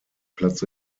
platz